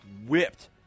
whipped